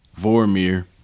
Vormir